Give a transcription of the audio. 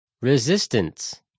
Resistance